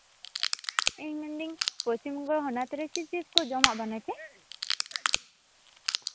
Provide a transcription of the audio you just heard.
ᱤᱧ ᱢᱮᱱᱫᱟᱹᱧ ᱯᱚᱪᱷᱤᱢ ᱵᱚᱝᱜᱚ ᱦᱚᱱᱚᱛ ᱨᱮ ᱪᱮᱫᱼᱪᱮᱫ ᱠᱚ ᱡᱚᱢᱟᱜ ᱵᱮᱱᱟᱜ ᱛᱮ